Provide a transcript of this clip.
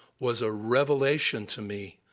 was a revelation to me.